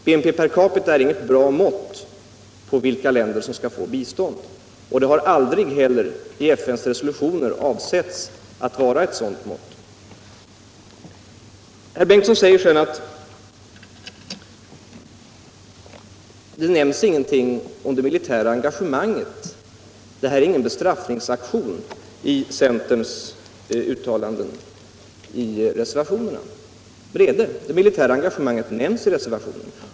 BNP per capita är inget bra mått på vilka länder som skall få bistånd. Det har heller aldrig i FN:s resolutioner avsetts att vara ett sådant mått. Herr Bengtson säger sedan att det nämns ingenting om det militära engagemanget, att det inte ligger någon bestraffningsaktion i centerns uttalanden i reservationerna. Men det militära engagemanget nämns i reservationerna.